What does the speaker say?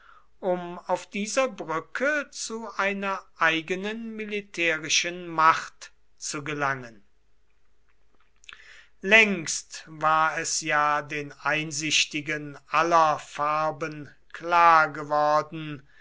um auf dieser brücke zu einer eigenen militärischen macht zu gelangen längst war es ja den einsichtigen aller farben klar geworden